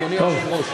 אדוני היושב-ראש.